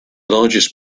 largest